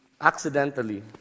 accidentally